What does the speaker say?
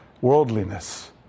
Worldliness